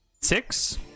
six